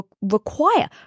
require